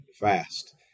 fast